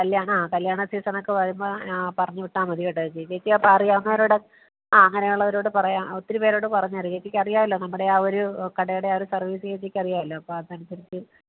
കല്യാണ ആ കല്യാണ സീസൺ ഒക്കെ വരുമ്പം പറഞ്ഞു വിട്ടാൽ മതി കേട്ടോ ചേച്ചി ചേച്ചി അപ്പം അറിയാവുന്നവരോട് ആ അങ്ങനെയുള്ളവരോട് പറയുക ഒത്തിരി പേരോട് പറഞ്ഞറി ചേച്ചിക്ക് അറിയാമല്ലോ നമ്മുടെ ആ ഒരു കടയുടെ ആ ഒരു സർവീസ് ചേച്ചിക്ക് അറിയാമല്ലോ അപ്പോൾ അതനുസരിച്ച്